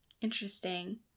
Interesting